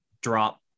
drop